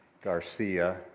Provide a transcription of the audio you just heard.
Garcia